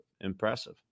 Impressive